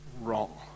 wrong